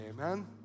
amen